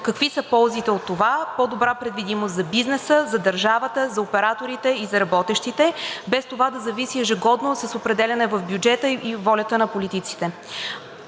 Какви са ползите от това? По-добра предвидимост за бизнеса, за държавата, за операторите и за работещите, без това да зависи ежегодно с определяне в бюджета и волята на политиците.